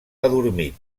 adormit